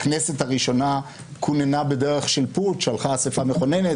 הכנסת הראשונה כוננה בדרך של פוטש שלחה אספה מכוננת,